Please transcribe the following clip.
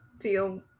feel